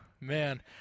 Man